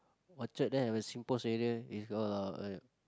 orchard there have a singpost area is got a lot of uh